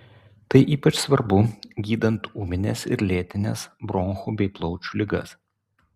tai ypač svarbu gydant ūmines ir lėtines bronchų bei plaučių ligas